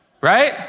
Right